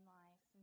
life